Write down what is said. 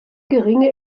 geringe